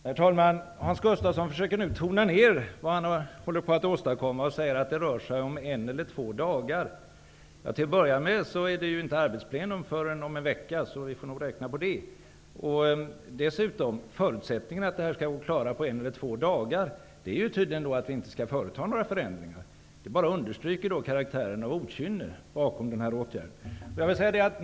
Herr talman! Hans Gustafsson försöker nu tona ner vad han håller på att åstadkomma och säger att det rör sig om en eller två dagar. Till att börja med är det inte arbetsplenum förrän om en vecka, så vi får räkna med den tiden. Förutsättningen att klara av det här på en eller två dagar är dessutom att det inte skall företas några förändringar. Det understryker bara karaktären av okynne bakom denna åtgärd.